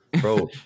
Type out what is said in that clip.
Bro